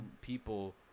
people